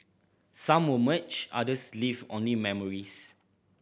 some were merged others leave only memories